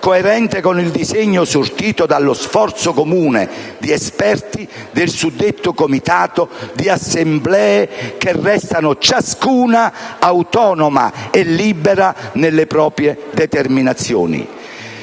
coerente con il disegno sortito dallo sforzo comune di esperti del suddetto Comitato e delle Assemblee che restano ciascuna autonoma e libera nelle proprie determinazioni.